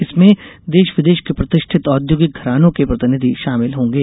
इसमें देश विदेश के प्रतिष्ठित औद्योगिक घरानों के प्रतिनिधि शामिल होंगे